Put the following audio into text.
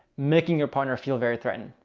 making your partner feel very threatened.